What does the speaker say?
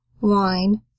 wine